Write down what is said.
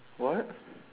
what